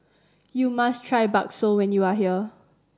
you must try bakso when you are here